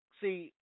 see